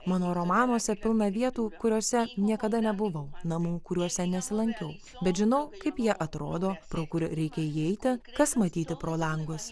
mano romanuose pilna vietų kuriose niekada nebuvau namų kuriuose nesilankiau bet žinau kaip jie atrodo pro kur reikia įeiti kas matyti pro langus